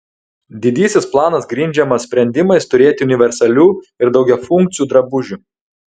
didysis planas grindžiamas sprendimais turėti universalių ir daugiafunkcių drabužių